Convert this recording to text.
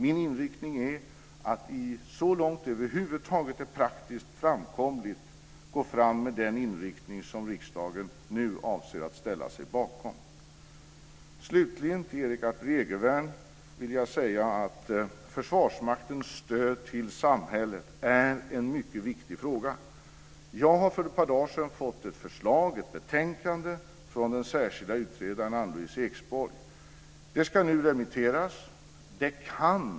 Min avsikt är att så långt det över huvud taget är praktiskt framkomligt gå fram enligt den inriktning som riksdagen nu avser att ställa sig bakom. Till Erik Arthur Egervärn vill jag slutligen säga att Försvarsmaktens stöd till samhället är en mycket viktig fråga. För ett par dagar sedan fick jag ett betänkande från den särskilda utredaren Ann-Louise Eksborg. Det ska nu remitteras.